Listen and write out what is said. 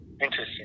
Interesting